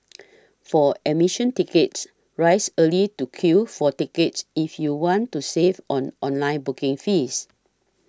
for admission tickets rise early to queue for tickets if you want to save on online booking fees